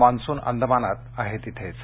monsoon अंदमानात आहे तिथेच